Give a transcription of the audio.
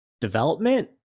development